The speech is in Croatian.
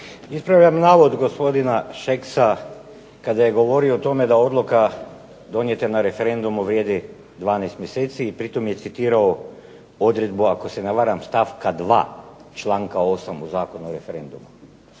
Ispravljam navod gospodina Šeksa kada je govorio o tome da odluka donijeta na referendumu vrijedi 12 mjeseci i pri tome je citirao odredbu stavka 2. članka 8. Zakona o referendumu.